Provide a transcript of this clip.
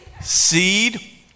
seed